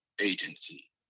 Agency